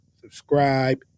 Subscribe